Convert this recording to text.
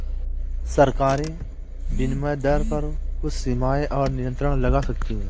सरकारें विनिमय दर पर कुछ सीमाएँ और नियंत्रण लगा सकती हैं